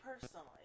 personally